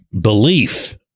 belief